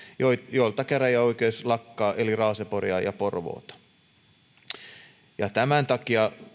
joilta käräjäoikeus lakkaa eli raaseporia ja porvoota tämän takia